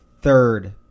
third